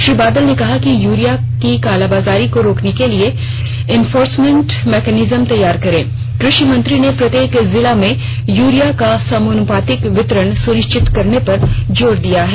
श्री बादल ने कहा कि यूरिया का कालाबाजारी को रोकने के लिये इफोर्समेंट मैकेनिज्म तैयार करें कृषि मंत्री ने प्रत्येक जिला में यूरिया का समानुपातिक वितरण सुनिश्चित करने पर जोर दिया है